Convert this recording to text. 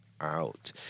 out